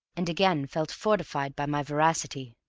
and again felt fortified by my veracity.